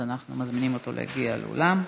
אז אנחנו מזמינים אותו להגיע לאולם.